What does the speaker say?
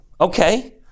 Okay